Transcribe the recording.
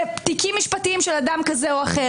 בתיקים משפטיים של אדם כזה או אחר.